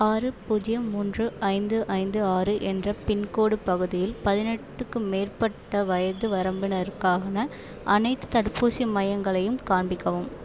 ஆறு பூஜ்ஜியம் மூன்று ஐந்து ஐந்து ஆறு என்ற பின்கோடு பகுதியில் பதினெட்டுக்கும் மேற்பட்ட வயது வரம்பினருக்கான அனைத்துத் தடுப்பூசி மையங்களையும் காண்பிக்கவும்